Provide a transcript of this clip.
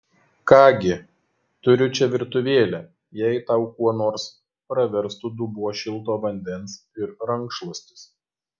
ką gi turiu čia virtuvėlę jei tau kuo nors praverstų dubuo šilto vandens ir rankšluostis